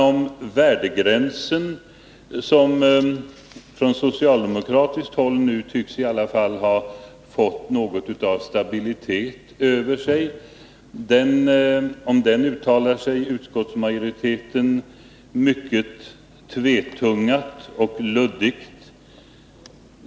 Om värdegränsen, som på socialdemokratiskt håll nu i alla fall tycks ha fått något av stabilitet över sig, uttalar sig utskottsmajoriteten mycket tvetungat och luddigt.